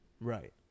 Right